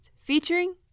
featuring